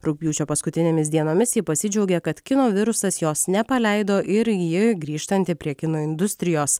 rugpjūčio paskutinėmis dienomis ji pasidžiaugė kad kino virusas jos nepaleido ir ji grįžtanti prie kino industrijos